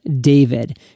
David